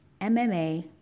MMA